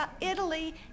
Italy